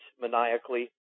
maniacally